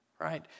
right